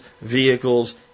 vehicles